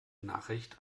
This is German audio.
nachricht